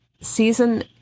season